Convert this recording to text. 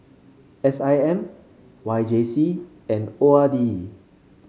S I M Y J C and O R D